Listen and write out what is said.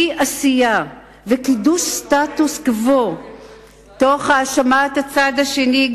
אי-עשייה וקידוש סטטוס-קוו תוך האשמת הצד השני,